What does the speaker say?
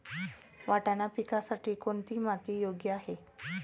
वाटाणा पिकासाठी कोणती माती योग्य आहे?